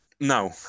No